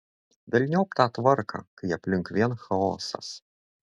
velniop tą tvarką kai aplink vien chaosas